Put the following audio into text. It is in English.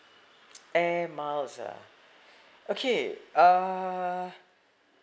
air miles ah okay err